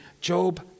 Job